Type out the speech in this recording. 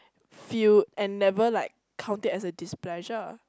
feel and never like count it as a displeasure